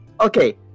okay